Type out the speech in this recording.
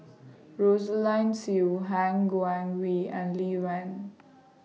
Rosaline Soon Han Guangwei and Lee Wen